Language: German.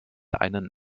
einen